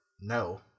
No